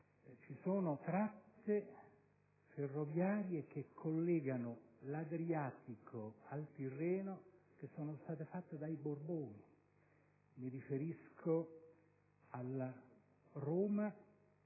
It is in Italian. esistono tratte ferroviarie che collegano l'Adriatico al Tirreno che sono state realizzate dai Borboni. Mi riferisco alla